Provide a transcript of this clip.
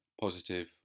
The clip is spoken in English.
positive